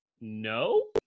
no